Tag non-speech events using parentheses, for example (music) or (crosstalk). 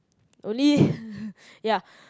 only (laughs) ya